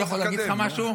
אני יכול להגיד לך משהו?